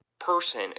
person